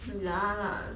ya lah